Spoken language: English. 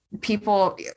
People